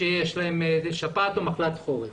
שיש להם שפעת או מחלת חורף.